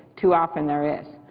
too often there is